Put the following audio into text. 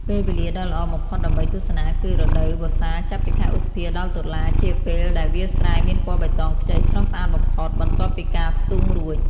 ពេលវេលាដ៏ល្អបំផុតដើម្បីទស្សនាគឺ រដូវវស្សាចាប់ពីខែឧសភា ដល់តុលា ជាពេលដែលវាលស្រែមានពណ៌បៃតងខ្ចីស្រស់ស្អាតបំផុត បន្ទាប់ពីការស្ទូងរួច ។